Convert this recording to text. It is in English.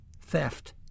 theft